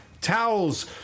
Towels